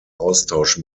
austausch